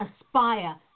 aspire